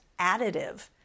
additive